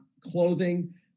clothing